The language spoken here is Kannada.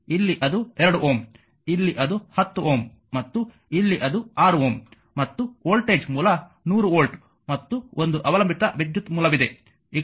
ಮತ್ತು ಇಲ್ಲಿ ಅದು 2Ω ಇಲ್ಲಿ ಅದು 10 ಓಮ್ ಮತ್ತು ಇಲ್ಲಿ ಅದು 6 ಓಮ್ ಮತ್ತು ವೋಲ್ಟೇಜ್ ಮೂಲ 100 ವೋಲ್ಟ್ ಮತ್ತು ಒಂದು ಅವಲಂಬಿತ ವಿದ್ಯುತ್ ಮೂಲವಿದೆ 0